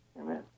Amen